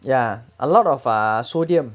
ya a lot of ah sodium